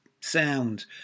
sound